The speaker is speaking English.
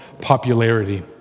popularity